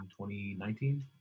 2019